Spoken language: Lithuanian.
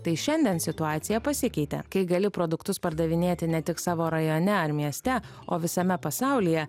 tai šiandien situacija pasikeitė kai gali produktus pardavinėti ne tik savo rajone ar mieste o visame pasaulyje